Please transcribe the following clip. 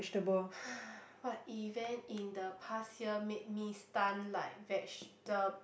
what event in the past year made me stunt like vegeta~